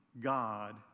God